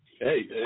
Hey